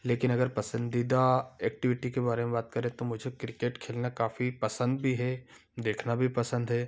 लेकिन अगर पसंदीदा एक्टिविटी के बारे में बात करें तो मुझे क्रिकेट खेलना काफ़ी पसंद भी है देखना भी पसंद है